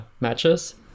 matches